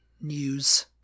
news